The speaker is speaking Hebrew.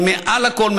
אבל מעל הכול,